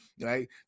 right